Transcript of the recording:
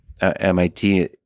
MIT